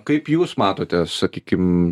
kaip jūs matote sakykim